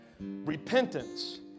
Repentance